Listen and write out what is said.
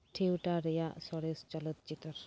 theatre ᱨᱮᱭᱟᱜ ᱥᱚᱨᱮᱥ ᱪᱚᱞᱚᱛ ᱪᱤᱛᱟᱹᱨ